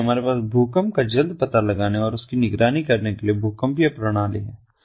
इसलिए हमारे पास भूकंप का जल्द पता लगाने और निगरानी करने के लिए भूकंपीय प्रणाली है